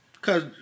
Cause